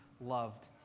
loved